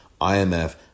IMF